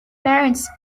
parents